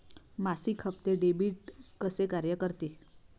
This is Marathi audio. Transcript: मासिक हप्ते, डेबिट कसे कार्य करते